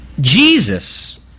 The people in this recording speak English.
Jesus